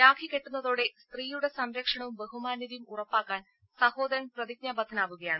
രാഖി കെട്ടുന്നതോടെ സ്ത്രീയുടെ സംരക്ഷണവും ബഹുമാന്യതയും ഉറപ്പാക്കാൻ സഹോദരൻ പ്രതിജ്ഞാബദ്ധനാവുകയാണ്